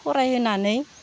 फरायहोनानै